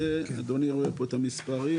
אדוני רואה פה את המספרים.